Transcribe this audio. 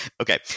Okay